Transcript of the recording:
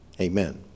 amen